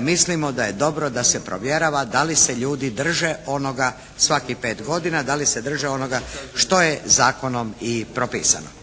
mislimo da je dobro da se provjerava da li se ljudi drže onoga svakih pet godina, da li se drže onoga što je zakonom i propisano.